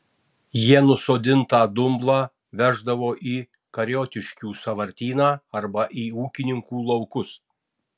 jie nusodintą dumblą veždavo į kariotiškių sąvartyną arba į ūkininkų laukus